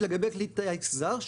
"לגבי כלי טיס זר,